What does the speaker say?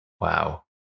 Wow